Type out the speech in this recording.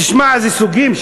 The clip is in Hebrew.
תשמע איזה סוגים,